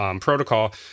protocol